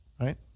Right